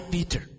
Peter